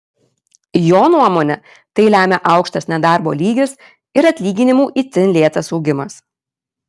jo nuomone tai lemia aukštas nedarbo lygis ir atlyginimų itin lėtas augimas